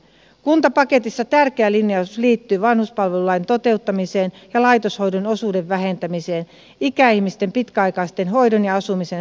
kuntapaketissa tärkeä linjaus liittyy vanhuspalvelulain toteuttamiseen ja laitoshoidon osuuden vähentämiseen ikäihmisten pitkäaikaisen hoidon ja asumisen ratkaisuina